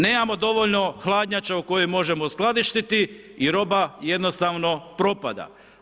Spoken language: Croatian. Nemamo dovoljno hladnjača u koje možemo skladištiti i roba jednostavno propada.